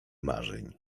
marzeń